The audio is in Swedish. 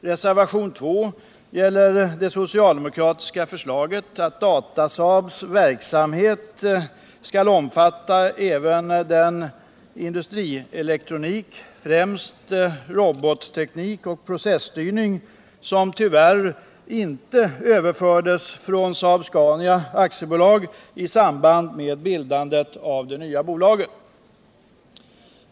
Reservationen 2 gäller det socialdemokratiska förslaget att Datasaabs verksamhet även skall omfatta den industrielektronik, främst robotteknik och processtyrning, som tyvärr inte överfördes från Saab-Scania AB i samband med bildandet av det nya bolaget.